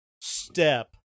step